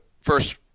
first